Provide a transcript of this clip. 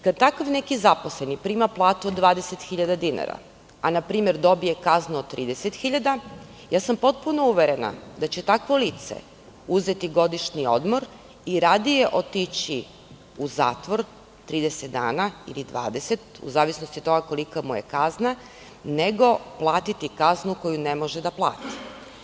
Kada takav neki zaposleni prima platu od 20 hiljada dinara, a npr. dobije kaznu od 30 hiljada dinara, potpuno sam uverena da će takvo lice uzeti godišnji odmor i radije otići u zatvor 30 dana ili 20, u zavisnosti od toga kolika mu je kazna, nego platiti kaznu koju ne može da plati.